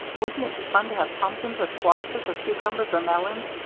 wouldn't it be fun to have pumpkins, or squashes, or cucumbers, or melons,